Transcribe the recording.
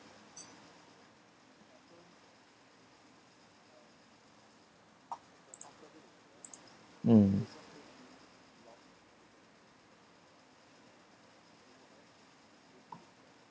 mm